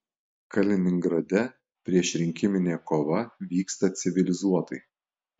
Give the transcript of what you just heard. kaliningrade priešrinkiminė kova vyksta civilizuotai